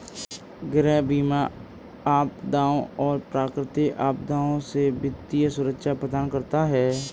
गृह बीमा आपदाओं और प्राकृतिक आपदाओं से वित्तीय सुरक्षा प्रदान करता है